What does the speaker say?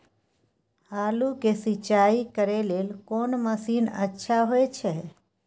आलू के सिंचाई करे लेल कोन मसीन अच्छा होय छै?